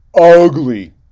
ugly